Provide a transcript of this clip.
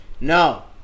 No